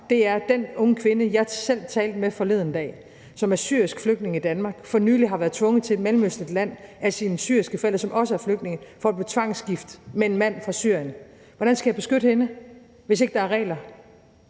sig om den unge kvinde, jeg selv talte med forleden, som er syrisk flygtning i Danmark, og som for nylig har været tvunget til et mellemøstligt land af sine syriske forældre, som også er flygtninge, for at blive tvangsgift med en mand fra Syrien. Hvordan skal jeg beskytte hende, hvis ikke der er regler?